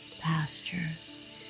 pastures